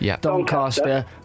Doncaster